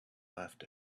left